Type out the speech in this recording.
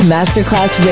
Masterclass